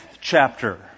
chapter